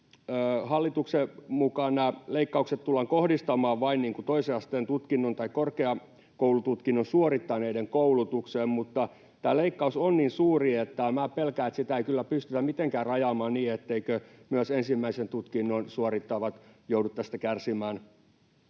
Hallituksen mukaan nämä leikkaukset tullaan kohdistamaan vain toisen asteen tutkinnon tai korkeakoulututkinnon suorittaneiden koulutukseen, mutta tämä leikkaus on niin suuri, että minä pelkään, että sitä ei kyllä pystytä mitenkään rajaamaan niin, etteivätkö myös ensimmäistä tutkintoa suorittavat joudu tästä kärsimään,